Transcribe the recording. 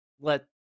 Let